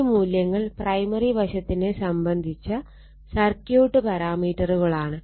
ഈ മൂല്യങ്ങൾ പ്രൈമറി വശത്തിനെ സംബന്ധിച്ച സർക്യൂട്ട് പാരാമീറ്ററുകളാണ്